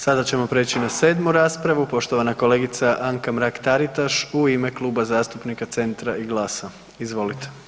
Sada ćemo prijeći na 7. raspravu, poštovana kolegica Anka Mrak-Taritaš u ime Kluba zastupnika Centra i GLAS-a, izvolite.